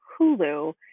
Hulu